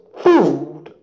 food